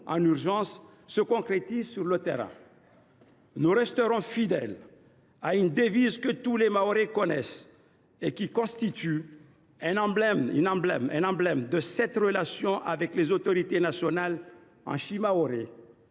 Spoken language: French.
en urgence, se concrétisent sur le terrain. Nous resterons fidèles à la devise que tous les Mahorais connaissent et qui constitue un emblème de notre relation avec les autorités nationales :, en shimaoré